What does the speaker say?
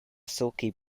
silky